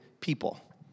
people